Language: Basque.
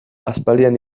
aspaldian